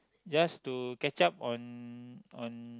just to catch up on on